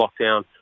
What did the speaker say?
lockdown